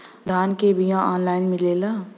धान के बिया ऑनलाइन मिलेला?